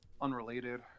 unrelated